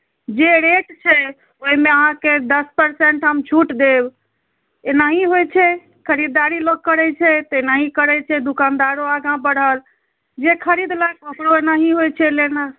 जे रेट छै ओहिमे अहाँकेँ दस परसेंट हम छूट देब एनाही होइत छै खरीदारी लोग करैत छै तऽ एनाही करैत छै दोकानदारो आगाँ बढ़ल जे खरीदलक ओकरो एनाही होइत छै लेना